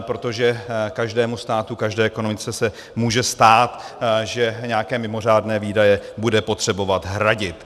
Protože každému státu, každé ekonomice, se může stát, že nějaké mimořádné výdaje bude potřebovat hradit.